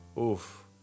Oof